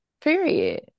Period